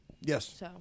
Yes